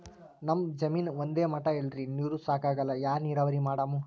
ನಮ್ ಜಮೀನ ಒಂದೇ ಮಟಾ ಇಲ್ರಿ, ನೀರೂ ಸಾಕಾಗಲ್ಲ, ಯಾ ನೀರಾವರಿ ಮಾಡಮು?